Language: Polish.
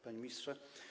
Panie Ministrze!